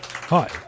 Hi